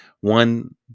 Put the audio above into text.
One